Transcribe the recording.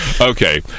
Okay